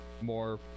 more